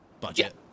budget